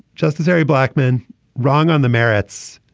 justice harry blackman wrong on the merits,